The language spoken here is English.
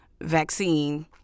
vaccine